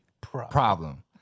Problem